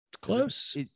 Close